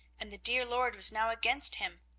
and the dear lord was now against him.